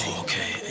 okay